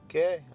Okay